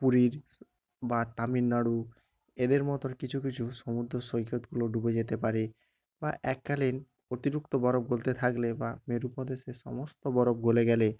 পুরীর বা তামিলনাড়ু এদের মতন কিছু কিছু সমুদ্র সৈকতগুলো ডুবে যেতে পারে বা এককালীন অতিরিক্ত বরফ গলতে থাকলে বা মেরু প্রদেশের সমস্ত বরফ গলে গেলে